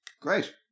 great